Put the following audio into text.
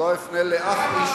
לא אפנה לאף איש